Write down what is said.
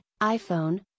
iPhone